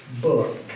book